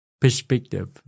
perspective